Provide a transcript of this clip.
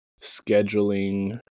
scheduling